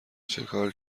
چیکار